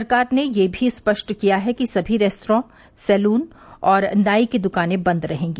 सरकार ने यह भी स्पष्ट किया है कि सभी रेस्त्रा सैलून और नाई की दुकाने बंद रहेगी